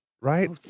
right